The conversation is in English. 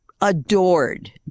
adored